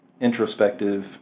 introspective